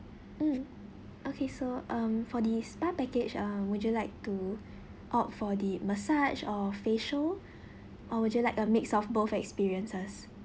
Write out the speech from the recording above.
mm okay so um for the spa package uh would you like to opt for the massage or facial or would you like a mix of both experiences